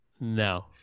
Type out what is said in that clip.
no